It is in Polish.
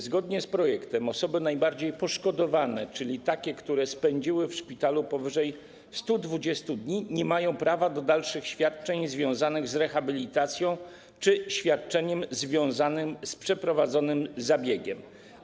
Zgodnie z projektem osoby najbardziej poszkodowane, czyli takie, które spędziły w szpitalu powyżej 120 dni, nie mają prawa do otrzymywania dalszych świadczeń związanych z rehabilitacją czy świadczeń związanych z przeprowadzonym zabiegiem.